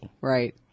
Right